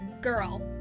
girl